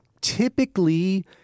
typically